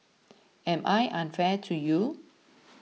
am I unfair to you